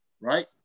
right